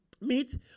meet